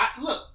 Look